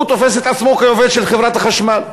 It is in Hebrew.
הוא תופס את עצמו כעובד של חברת החשמל.